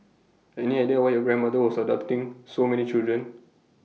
any idea why your grandmother was adopting so many children